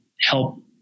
help